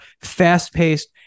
fast-paced